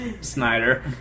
Snyder